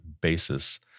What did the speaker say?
basis